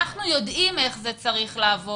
אני לא מסכימה אתך עם הקיצוניות ואני חולקת עליך.